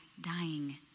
dying